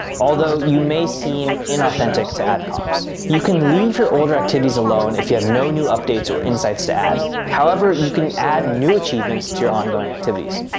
although you may seem inauthentic to adcoms. you can leave your older activities alone if you have no new updates or insights to add. however, you can add new achievements to your ongoing activities.